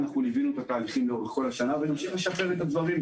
ליווינו את התהליכים לאורך כל השנה ונמשיך לשחרר את הדברים.